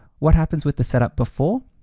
what happens with the setup before,